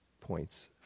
points